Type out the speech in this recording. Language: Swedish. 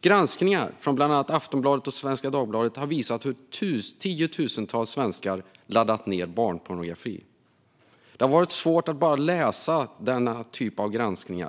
Granskningar från bland annat Aftonbladet och Svenska Dagbladet har visat hur tiotusentals svenskar laddat ned barnpornografi. Det har varit svårt att bara läsa denna typ av granskningar.